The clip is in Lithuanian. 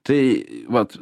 tai vat